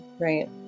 right